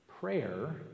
Prayer